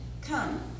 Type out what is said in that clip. Come